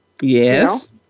Yes